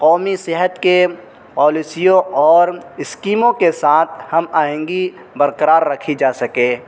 قومی صحت کے پالیسیوں اور اسکیموں کے ساتھ ہم آہنگی برقرار رکھی جا سکے